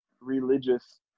religious